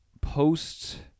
post